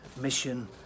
Mission